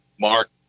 mark